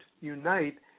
unite